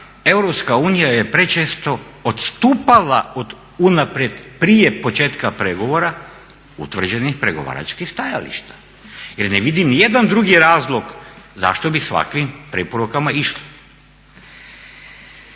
EU je prečesto odstupala od unaprijed prije početka pregovora utvrđenih pregovaračkih stajališta jer ne vidim ni jedan drugi razlog zašto bi s ovakvim preporukama išli.